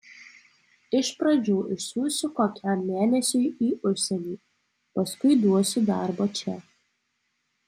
iš pradžių išsiųsiu kokiam mėnesiui į užsienį paskui duosiu darbo čia